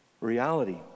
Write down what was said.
reality